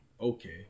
Okay